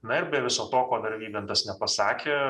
na ir be viso to ko dar vygantas nepasakė